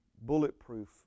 bulletproof